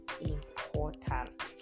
important